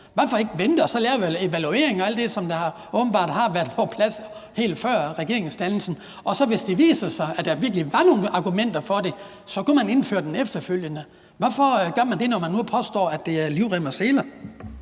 Hvorfor ikke vente og så lave en evaluering og alt det, som åbenbart har været på plads helt før regeringsdannelsen, og hvis det så viser sig, at der virkelig var nogen argumenter for det, kunne man indføre den efterfølgende? Hvorfor gør man det, når man nu påstår, at det er med livrem og seler?